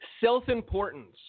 self-importance